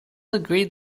agreed